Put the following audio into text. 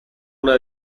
una